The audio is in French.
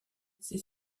ces